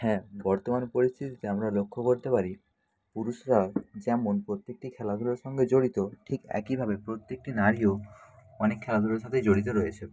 হ্যাঁ বর্তমান পরিস্থিতিতে আমরা লক্ষ করতে পারি পুরুষরা যেমন প্রত্যেকটি খেলাধুলার সঙ্গে জড়িত ঠিক একইভাবে প্রত্যেকটি নারীও অনেক খেলাধুলার সাথেই জড়িত রয়েছে